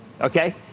Okay